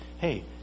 Hey